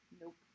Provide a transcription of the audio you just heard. Nope